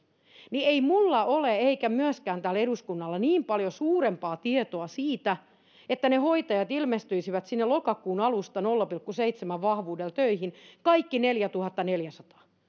niin ei minulla ole eikä myöskään tällä eduskunnalla niin paljon suurempaa tietoa siitä että ne hoitajat ilmestyisivät sinne lokakuun alusta nolla pilkku seitsemän vahvuudella töihin kaikki neljätuhattaneljäsataa